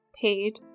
paid